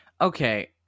Okay